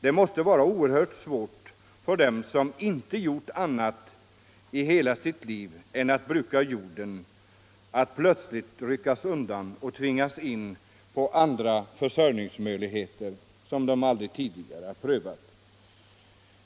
Det måste vara oerhört svårt för dem som inte gjort annat i hela sitt liv än brukat jorden att plötsligt ryckas undan och tvingas in på andra försörjningsbanor, som de aldrig tidigare prövat.